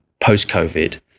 post-COVID